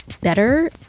better